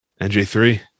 NJ3